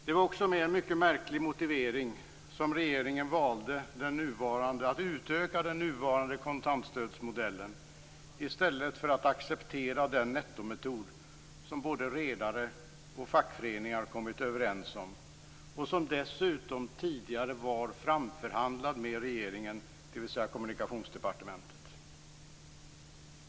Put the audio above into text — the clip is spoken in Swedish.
Det var också med en mycket märklig motivering som regeringen valde att utöka den nuvarande kontantstödsmodellen i stället för att acceptera den nettometod som både redare och fackföreningar kommit överens om och som dessutom tidigare var framförhandlad med regeringen, dvs. Kommunikationsdepartementet.